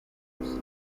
strips